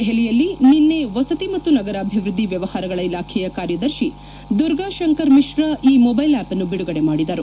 ದೆಹಲಿಯಲ್ಲಿ ನಿನ್ನೆ ವಸತಿ ಮತ್ತು ನಗರಾಭಿವೃದ್ಧಿ ವ್ಯವಹಾರಗಳ ಇಲಾಖೆಯ ಕಾರ್ಯದರ್ಶಿ ದುರ್ಗಾ ಶಂಕರ್ ಮಿಶ್ರಾ ಈ ಮೊಬೈಲ್ ಆಪ್ ಅನ್ನು ಬಿಡುಗಡೆ ಮಾಡಿದರು